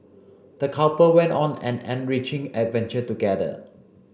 the couple went on an enriching adventure together